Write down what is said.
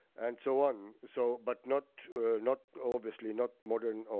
and so on so, but not not obviously, not modern